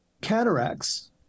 Cataracts